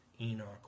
Enoch